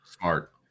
smart